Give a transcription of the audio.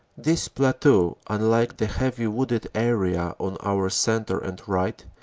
this plateau, unlike the heavy vooded area on our centre and right,